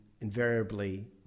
invariably